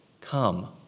come